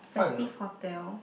festive hotel